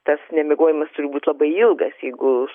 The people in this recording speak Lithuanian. tas nemiegomas turi būt labai ilgas jeigu